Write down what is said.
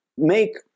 make